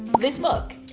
this book.